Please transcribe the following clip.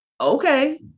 Okay